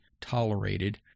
tolerated